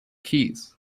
keys